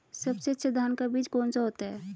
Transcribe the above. सबसे अच्छा धान का बीज कौन सा होता है?